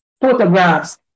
photographs